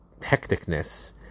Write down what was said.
hecticness